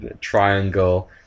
triangle